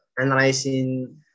analyzing